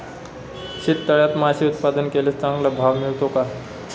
शेततळ्यात मासे उत्पादन केल्यास चांगला भाव मिळतो का?